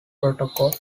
protocol